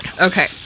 okay